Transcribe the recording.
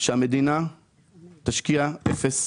שהמדינה תשקיע אפס